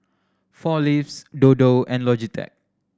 Four Leaves Dodo and Logitech